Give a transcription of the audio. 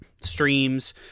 streams